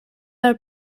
are